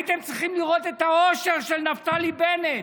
הייתם צריכים לראות את האושר של נפתלי בנט.